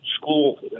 school